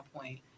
point